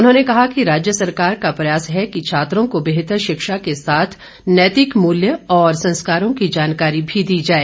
उन्होंने कहा कि राज्य सरकार का प्रयास है कि छात्रों को बेहतर शिक्षा के साथ नैतिक मूल्य और संस्कारों की जानकारी भी दी जाए